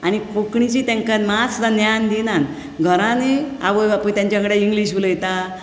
आनी कोंकणीचें तेंकां मात सुद्दां ज्ञान दिनात घरांतूय आवय बापूय तेंच्या कडेन इंग्लीश उलयतां